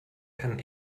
kann